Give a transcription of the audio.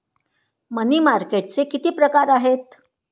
मनी मार्केटचे किती प्रकार आहेत?